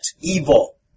evil